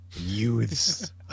youths